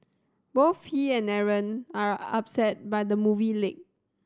both he and Aaron are upset by the movie leak